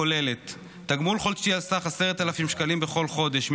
הכוללת תגמול חודשי על סך 10,000 שקלים בכל חודש,